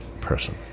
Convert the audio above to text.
person